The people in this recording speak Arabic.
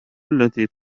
التي